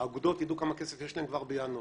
האגודות יידעו כמה כסף יש להן כבר בינואר,